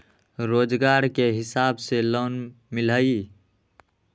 रोजगार के हिसाब से लोन मिलहई?